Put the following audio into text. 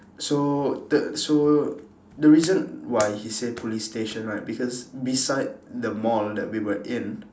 so the so the reason why he said police station right because beside the mall that we were in